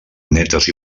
netes